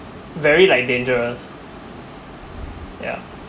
very like dangerous yeah